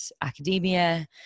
academia